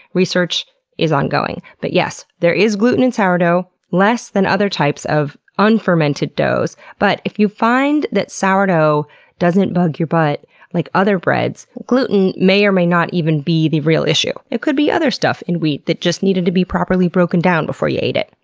research is ongoing. but yes there is gluten in sourdough, less than other types of unfermented doughs, but if you find that sourdough doesn't bug your butt like other breads, gluten may or may not even be the real issue. it could be other stuff in wheat that needed to be properly broken down before you ate it.